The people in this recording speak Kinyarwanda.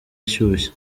ashyushye